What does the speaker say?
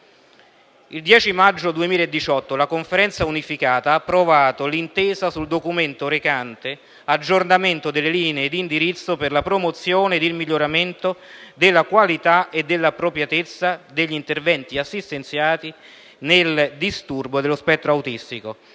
il 10 maggio 2018 la Conferenza unificata ha approvato l'intesa sul documento recante "Aggiornamento delle linee di indirizzo per la promozione ed il miglioramento della qualità e dell'appropriatezza degli interventi assistenziali nei Disturbi dello Spettro Autistico";